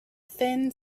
thin